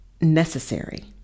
necessary